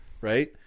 Right